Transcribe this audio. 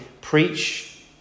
preach